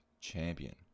Champion